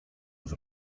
with